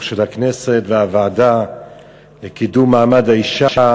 של הכנסת והוועדה לקידום מעמד האישה,